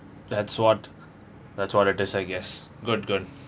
that's what that's what it is I guess good good